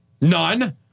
None